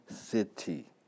city